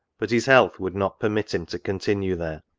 but his health would not permit him to continue there,